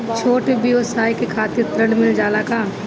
छोट ब्योसाय के खातिर ऋण मिल जाए का?